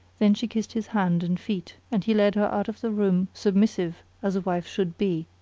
then she kissed his hand and feet and he led her out of the room submissive as a wife should be.